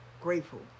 Grateful